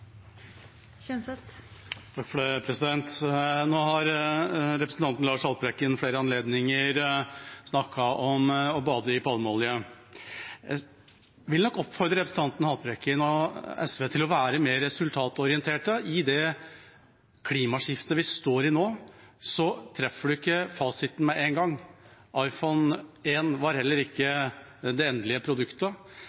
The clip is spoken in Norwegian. rike, ikke de mange. Nå har representanten Lars Haltbrekken ved flere anledninger snakket om å bade i palmeolje. Jeg vil oppfordre representanten Haltbrekken og SV til å være mer resultatorientert. I det klimaskiftet vi står i nå, treffer man ikke fasiten med en gang. iPhone 1 var heller